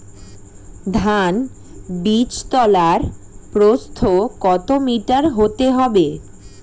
ধান বীজতলার প্রস্থ কত মিটার হতে হবে?